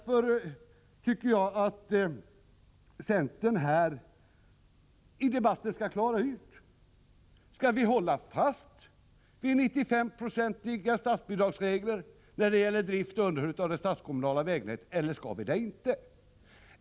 Jag tycker att centern här i dag skall klara ut om vi skall hålla fast vid reglerna om bidrag med 95 26 när det gäller drift och underhåll av det statskommunala vägnätet.